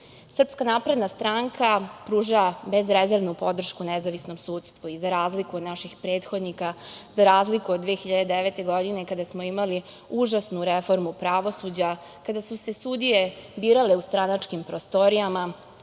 napredna stranka pruža bezrezervnu podršku nezavisnom sudstvu i za razliku od naših prethodnika, za razliku od 2009. godine, kada smo imali užasnu reformu pravosuđa, kada su se sudije birale u stranačkim prostorijama,